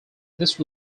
these